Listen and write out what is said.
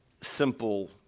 simple